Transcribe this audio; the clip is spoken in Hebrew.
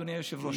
אדוני היושב-ראש.